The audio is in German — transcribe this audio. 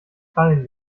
krallen